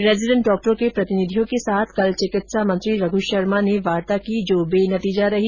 resident डॉक्टरों के प्रतिनिधियों के साथ कल चिकित्सा मंत्री रघ् शर्मा ने वार्ता की जो बेनतीजा रही